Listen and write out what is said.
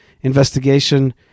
investigation